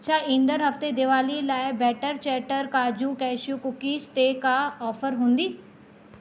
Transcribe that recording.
छा ईंदड़ु हफ़्ते दीवालीअ लाइ बैटर चैटर काजू कैशयू कुकीस ते को ऑफर हूंदी